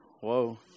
Whoa